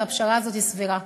והפשרה הזאת היא סבירה.